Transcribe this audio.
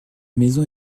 maison